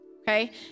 Okay